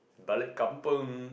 balik kampung